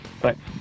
Thanks